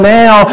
now